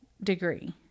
degree